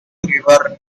river